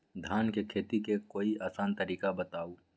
धान के खेती के कोई आसान तरिका बताउ?